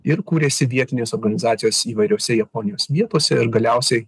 ir kūrėsi vietinės organizacijos įvairiose japonijos vietose ir galiausiai